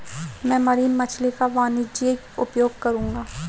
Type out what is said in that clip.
मैं मरीन मछली का वाणिज्यिक उपयोग करूंगा